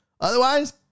otherwise